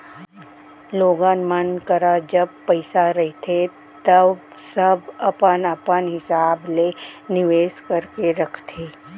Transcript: लोगन मन करा जब पइसा रहिथे तव सब अपन अपन हिसाब ले निवेस करके रखथे